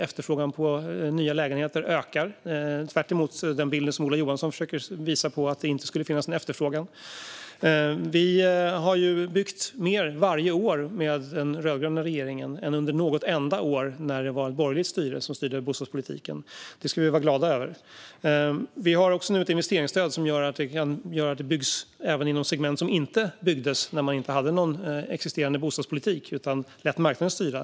Efterfrågan på nya lägenheter ökar - tvärtemot den bild som Ola Johansson försöker måla upp av att det inte skulle finnas en efterfrågan. Under den rödgröna regeringen har det byggts mer varje år än under något enda år under den borgerligt styrda bostadspolitiken. Det ska vi vara glada över. Vi har också ett investeringsstöd som gör att det byggs även inom segment där det inte byggdes när det inte fanns någon bostadspolitik utan man lät marknaden styra.